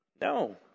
No